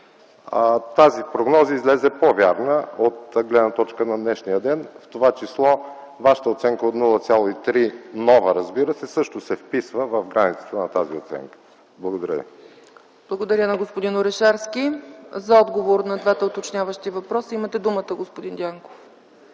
Тази прогноза излезе по-вярна от гледна точка на днешния ден, в това число Вашата оценка от 0,3% - нова, разбира се, също се вписва в границата на тази оценка. Благодаря ви. ПРЕДСЕДАТЕЛ ЦЕЦКА ЦАЧЕВА: Благодаря на господин Орешарски. За отговор на двата уточняващи въпроса имате думата, господин Дянков.